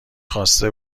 خواسته